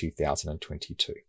2022